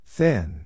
Thin